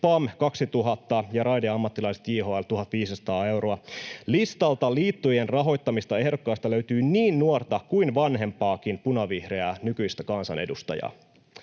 PAM 2 000 ja Raideammattilaiset JHL 1 500 euroa. Listalta liittojen rahoittamista ehdokkaista löytyy niin nuorta kuin vanhempaakin punavihreää nykyistä kansanedustajaa.